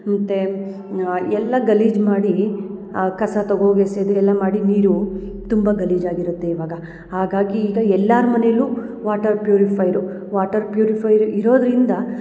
ಮತ್ತು ಎಲ್ಲ ಗಲೀಜು ಮಾಡಿ ಆ ಕಸ ತಗೋಗ್ ಎಸಿಯೋದು ಎಲ್ಲ ಮಾಡಿ ನೀರು ತುಂಬ ಗಲೀಜು ಆಗಿರುತ್ತೆ ಇವಾಗ ಹಾಗಾಗಿ ಈಗ ಎಲ್ಲಾರ ಮನೆಯಲ್ಲು ವಾಟರ್ ಪ್ಯೂರಿಫೈರು ವಾಟರ್ ಪ್ಯೂರಿಫೈರ್ ಇರೋದರಿಂದ